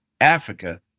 Africa